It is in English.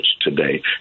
today